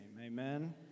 amen